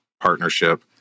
partnership